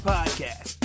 Podcast